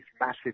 massive